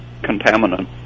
contaminant